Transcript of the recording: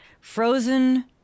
frozen